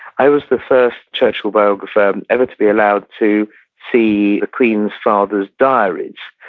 i was the first churchill biographer ever to be allowed to see the queen's father's diaries.